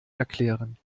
erklären